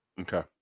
Okay